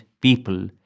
people